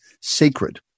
sacred